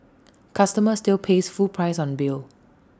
customer still pays full price on bill